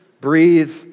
breathe